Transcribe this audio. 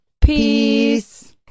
peace